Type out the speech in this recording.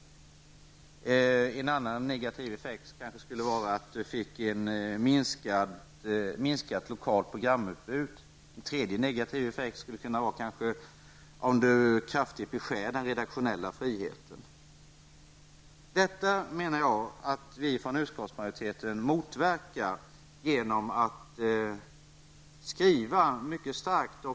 En annan negativ effekt kan vara minskat lokalt programutbud eller att den redaktionella friheten därmed kraftigt beskärs. Detta menar jag att vi från utskottsmajoriteten motverkar genom att skriva mycket starkt.